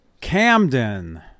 Camden